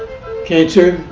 cancer,